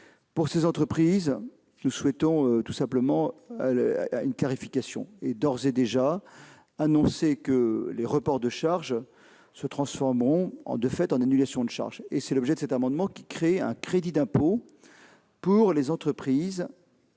Pour ces entreprises, nous souhaitons tout simplement une clarification. Nous voulons d'ores et déjà annoncer que les reports de charges se transformeront, de fait, en annulations de charges. Tel est l'objet de cet amendement, qui tend à créer un crédit d'impôt et de charges